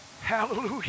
Hallelujah